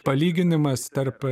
palyginimas tarp